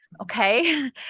Okay